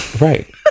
Right